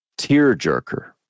tearjerker